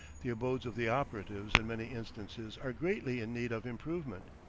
the abodes of the operatives in many instances are greatly in need of improvement.